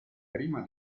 prima